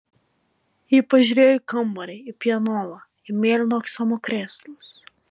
ji pažiūrėjo į kambarį į pianolą į mėlyno aksomo krėslus